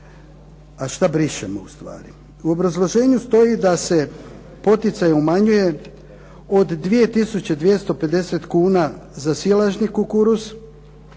a što brišemo ustvari. U obrazloženju stoji da se poticaj umanjuje od 2250 kuna za silažni kukuruz,